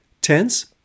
Tense